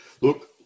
look